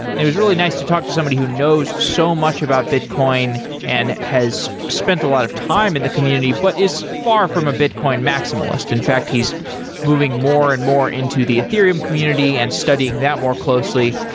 it was really nice to talk to somebody who knows so much about bitcoin and has spent a lot of time in the community, but is far from a bitcoin maximalist. in fact, he's moving more and more into the ethereum community and studying that more closely.